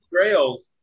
trails